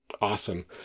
Awesome